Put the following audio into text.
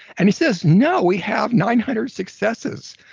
and he says, no, we have nine hundred successes,